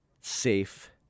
safe